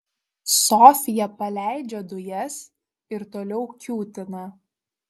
sofija paleidžia dujas ir toliau kiūtina